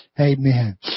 amen